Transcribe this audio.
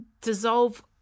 dissolve